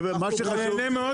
אתה נהנה מאוד